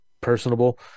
personable